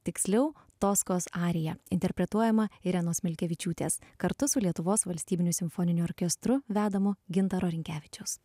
tiksliau toskos arija interpretuojama irenos milkevičiūtės kartu su lietuvos valstybiniu simfoniniu orkestru vedamu gintaro rinkevičiaus